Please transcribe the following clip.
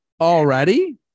Already